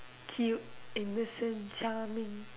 cute innocent charming